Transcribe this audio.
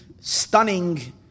stunning